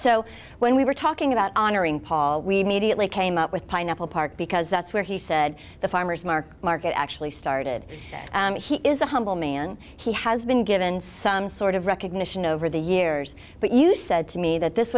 so when we were talking about honoring paul we mediately came up with pineapple park because that's where he said the farmer's market market actually started he is a humble man he has been given some sort of recognition over the years but you said to me that this